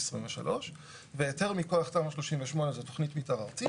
23 והיתר מכוח תמ"א 38 זה תכנית מתאר ארצית,